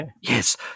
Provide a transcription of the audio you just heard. Yes